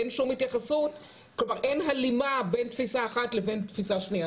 אין שום התייחסות ואין הלימה בין תפיסה אחת לבין תפיסה שנייה.